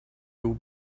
will